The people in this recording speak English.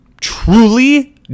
truly